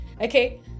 Okay